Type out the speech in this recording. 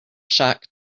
shock